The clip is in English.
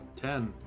Ten